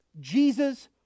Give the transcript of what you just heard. Jesus